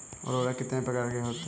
उर्वरक कितने प्रकार के होते हैं?